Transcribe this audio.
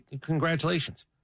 Congratulations